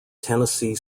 tennessee